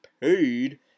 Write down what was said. paid